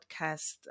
podcast